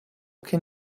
can